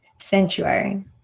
sanctuary